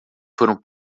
foram